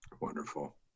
wonderful